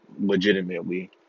legitimately